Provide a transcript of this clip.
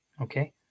okay